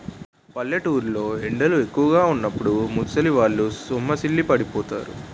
పల్లెటూరు లో ఎండలు ఎక్కువుగా వున్నప్పుడు ముసలివాళ్ళు సొమ్మసిల్లి పడిపోతారు